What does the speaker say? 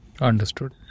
Understood